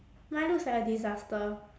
mine looks like a disaster